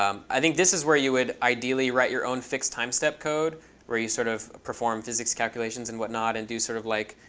um i think this is where you would ideally write your own fixed timestep code where you sort of perform physics calculations and whatnot and do sort of like